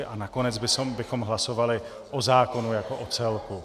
A nakonec bychom hlasovali o zákonu jako celku.